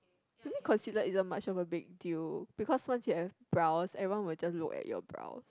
maybe concealer isn't much of a big deal because once you have brows everyone will just look at your brows